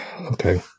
okay